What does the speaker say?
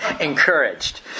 encouraged